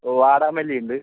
വാടാമല്ലിയുണ്ട്